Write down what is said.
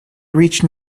rich